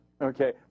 Okay